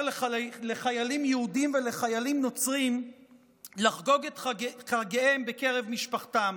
לחיילים יהודים ולחיילים נוצרים לחגוג את חגיהם בקרב משפחתם.